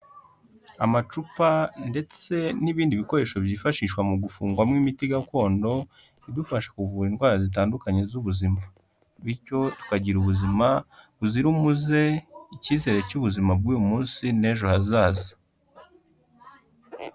Amacupa ndetse n'ibindi bikoresho byifashishwa mu gufungwamo imiti gakondo idufasha kuvura indwara zitandukanye z'ubuzima. Bityo tukagira ubuzima buzira umuze, ikizere cy'ubuzima bw'uyu munsi n'ejo hazaza.